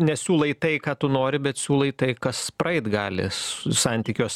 nesiūlai tai ką tu nori bet siūlai tai kas praeit gali su santykiuos